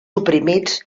oprimits